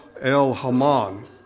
el-Haman